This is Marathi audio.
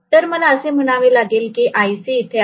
तर मला असे म्हणावे लागेल की iC इथे आहे